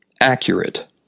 accurate